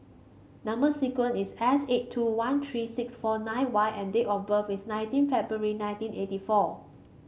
number sequence is S eight two one three six four nine Y and date of birth is nineteen February nineteen eighty four